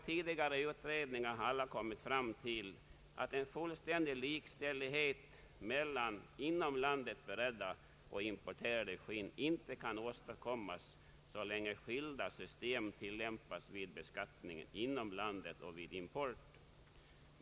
Tidigare utredningar har alla kommit fram till att en fullständig likställighet mellan inom landet beredda och importerade skinn inte kan åstadkommas så länge skilda system tilläm pas vid beskattningen inom landet och vid import.